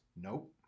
Nope